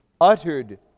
uttered